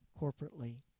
corporately